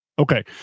Okay